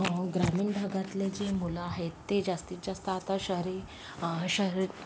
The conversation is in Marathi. ग्रामीण भागातले जे मुलं आहेत ते जास्तीत जास्त आता ते शहरी शहरी